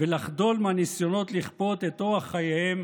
ולחדול מהניסיונות לכפות את אורח חייהם